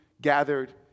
gathered